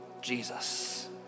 Jesus